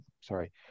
Sorry